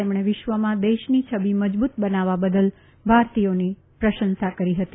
તેમણે વિશ્વમાં દેશની છબી મજબૂત બનાવવા બદલ ભારતીયોની પ્રશંસા કરી હતી